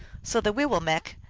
so the wiwill mekq,